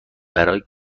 برای